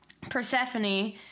Persephone